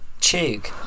Chug